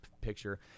picture